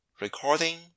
Recording